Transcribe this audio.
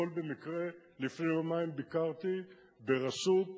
הכול במקרה, לפני יומיים ביקרתי ברשות,